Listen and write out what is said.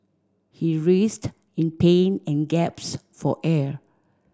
he writhed in pain and for air